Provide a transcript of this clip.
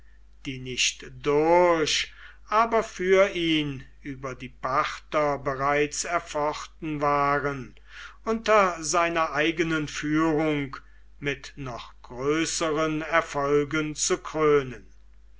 die nicht durch aber für ihn über die parther bereits erfochten waren unter seiner eigenen führung mit noch größeren erfolgen zu krönen